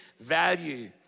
value